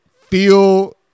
feel